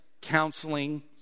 counseling